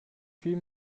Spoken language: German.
viel